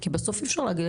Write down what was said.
בסופו של דבר,